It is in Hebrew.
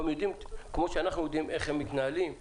כמו שאנחנו יודעים איך הם מתנהלים,